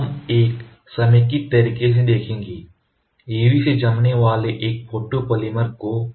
तो हम एक समेकित तरीके से देखेंगे UV से जमने वाले एक फोटोपॉलीमर को